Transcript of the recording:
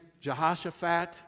Jehoshaphat